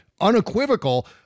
unequivocal